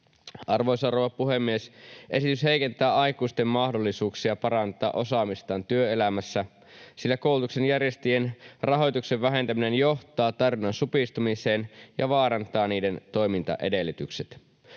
Arvoisa rouva puhemies! Esitys heikentää aikuisten mahdollisuuksia parantaa osaamistaan työelämässä, sillä koulutuksen järjestäjien rahoituksen vähentäminen johtaa tarjonnan supistumiseen ja vaarantaa niiden toimintaedellytykset.